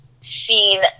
seen